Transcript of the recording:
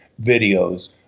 videos